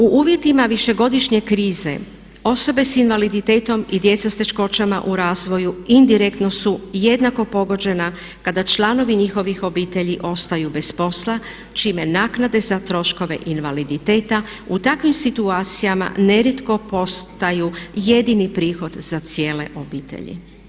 U uvjetima višegodišnje krize osobe s invaliditetom i djeca s teškoćama u razvoju indirektno su jednako pogođena kada članovi njihovih obitelji ostaju bez posla čime naknade za troškove invaliditeta u takvim situacijama nerijetko postaju jedini prihod za cijele obitelji.